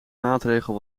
maatregel